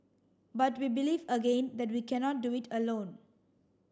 but we believe again that we cannot do it alone